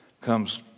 comes